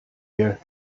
year